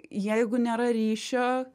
jeigu nėra ryšio